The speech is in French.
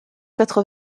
quatre